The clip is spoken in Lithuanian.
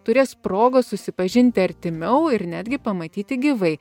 turės progos susipažinti artimiau ir netgi pamatyti gyvai